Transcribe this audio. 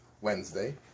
Wednesday